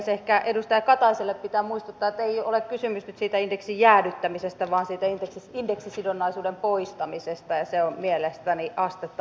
ehkä edustaja kataiselle pitää muistuttaa että ei ole kysymys nyt siitä indeksin jäädyttämisestä vaan siitä indeksisidonnaisuuden poistamisesta ja se on mielestäni astetta vakavampi asia